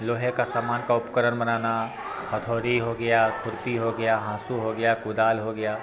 लोहे का सामान का उपकरण बनाना हथौड़ी हो गया खुर्पी हो गया हासु हो गया कुदाल हो गया